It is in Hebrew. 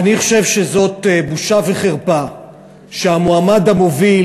אני חושב שזאת בושה וחרפה שהמועמד המוביל